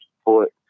support